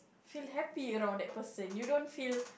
feel happy around that person you don't feel